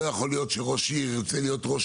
לא יכול להיות שראש עיר ירצה להיות ראש